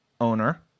owner